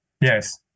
Yes